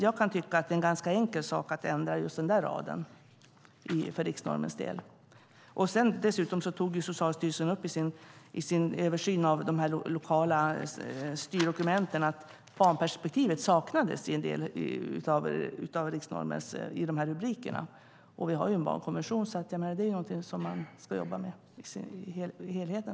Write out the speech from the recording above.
Jag kan tycka att det är en ganska enkel sak att ändra just den raden när det gäller riksnormen. I sin översyn av de här lokala styrdokumenten tog Socialstyrelsen dessutom upp att barnperspektivet saknas i del av de här rubrikerna. Och vi har ju en barnkonvention. Det är någonting som man ska jobba med i helheten.